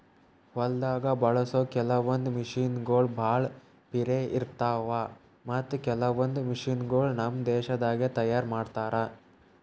ಹೊಲ್ದಾಗ ಬಳಸೋ ಕೆಲವೊಂದ್ ಮಷಿನಗೋಳ್ ಭಾಳ್ ಪಿರೆ ಇರ್ತಾವ ಮತ್ತ್ ಕೆಲವೊಂದ್ ಮಷಿನಗೋಳ್ ನಮ್ ದೇಶದಾಗೆ ತಯಾರ್ ಮಾಡ್ತಾರಾ